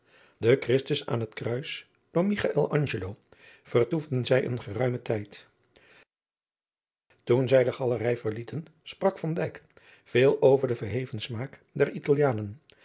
den christus aan het kruis door michael angelo vertoefden zij een geruimen tijd toen zij de galerij verlieten sprak van dijk veel over den verheven smaak der italianen